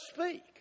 speak